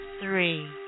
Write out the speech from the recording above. three